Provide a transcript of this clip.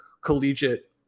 collegiate